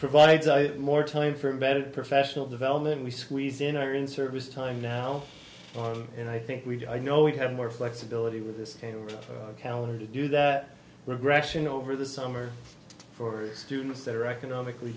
provides more time for better professional development we squeeze in our in service time now on and i think we do i know we have more flexibility with this calendar to do that regression over the summer for students that are economically